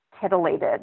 titillated